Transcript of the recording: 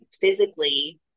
physically